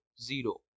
zero